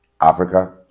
Africa